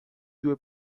due